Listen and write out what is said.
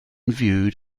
viewed